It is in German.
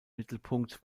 mittelpunkt